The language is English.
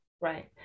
Right